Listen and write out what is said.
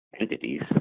entities